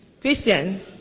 Christian